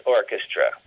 Orchestra